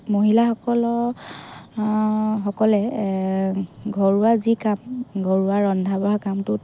মহিলাসকলৰ সকলে ঘৰুৱা যি কাম ঘৰুৱা ৰন্ধা বঢ়া কামটোত